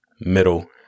middle